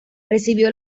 recibió